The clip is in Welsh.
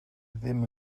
ddim